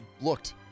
looked